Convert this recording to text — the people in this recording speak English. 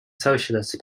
socialist